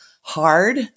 hard